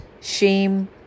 shame